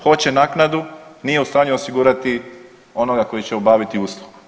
Hoće naknadu nije u stanju osigurati onoga koji će obaviti uslugu.